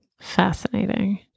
fascinating